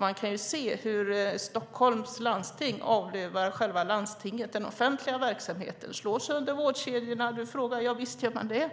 Man kan se hur Stockholms läns landsting avlövar själva landstinget, den offentliga verksamheten, och slår sönder vårdkedjorna. Du frågade. Javisst, gör man det.